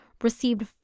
received